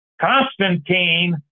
Constantine